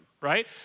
right